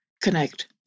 connect